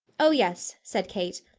oh, yes, said kate,